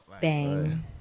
Bang